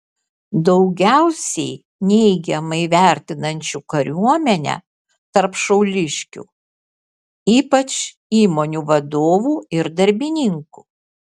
daugiausiai neigiamai vertinančių kariuomenę tarp šiauliškių ypač įmonių vadovų ir darbininkų